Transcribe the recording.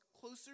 closer